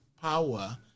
power